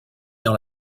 dans